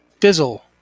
fizzle